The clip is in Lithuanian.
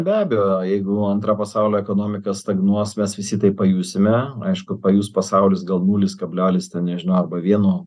be abejo jeigu antra pasaulio ekonomika stagnuos mes visi tai pajusime aišku pajus pasaulis gal nulis kablelis nežinau arba vieno